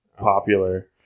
popular